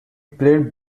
played